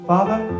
Father